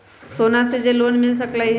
सोना से लोन मिल सकलई ह?